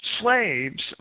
slaves